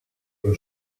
une